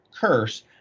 curse